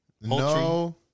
No